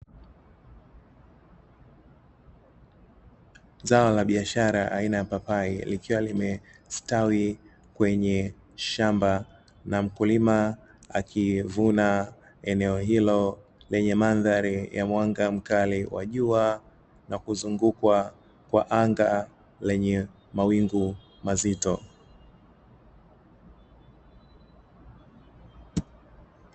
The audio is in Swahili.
Zao la biashara aina ya papai likiwa limestawi kwenye shamba na mkulima akivuna eneo hilo lenye mandhari ya mwanga mkali wa jua, na kuzungukwa kwa anga lenye mawingu mazito.